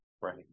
Right